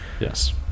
Yes